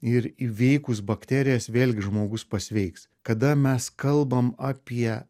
ir įveikus bakterijas vėlgi žmogus pasveiks kada mes kalbam apie